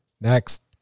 Next